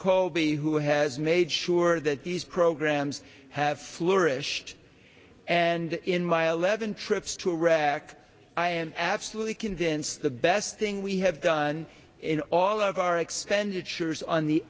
b who has made sure that these programs have flourished and in my eleven trips to wreck i am absolutely convinced the best thing we have done in all of our expenditures on the